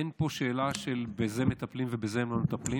אין פה שאלה של בזה מטפלים ובזה הם לא מטפלים.